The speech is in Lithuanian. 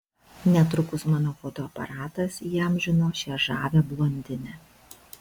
netrukus mano fotoaparatas įamžino šią žavią blondinę